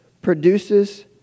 produces